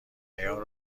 عیار